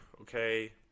okay